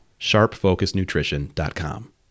sharpfocusnutrition.com